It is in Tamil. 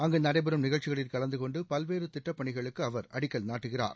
அங்கு நடைபெறும் நிகழ்ச்சிகளில் கலந்துகொண்டு பல்வேறு திட்ட பணிகளுக்கு அவர் அடிக்கல் நாட்டுகிறார்